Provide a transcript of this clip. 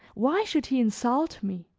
why should he insult me?